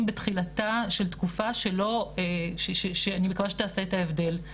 בתחילתה של תקופה שמקווה שתעשה את ההבדל.